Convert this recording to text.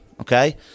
okay